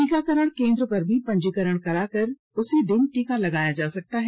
टीकाकरण केन्द्र पर भी पंजीकरण कराकर उसी दिन टीका लगवाया जा सकता है